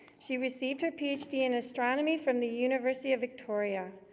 she received her ph d. in astronomy from the university of victoria.